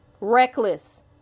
reckless